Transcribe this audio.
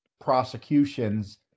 prosecutions